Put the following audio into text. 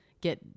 get